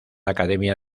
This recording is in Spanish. academia